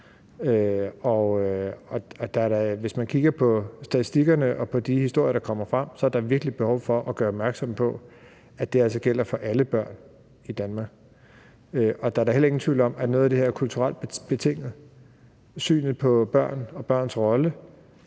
hvis man kigger på statistikkerne og på de historier, der kommer frem, er der virkelig behov for at gøre opmærksom på, at det altså gælder for alle børn i Danmark. Og der er da heller ingen tvivl om, at noget af det her er kulturelt betinget – synet på børn og børns rolle,